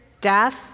death